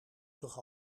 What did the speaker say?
toch